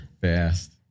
fast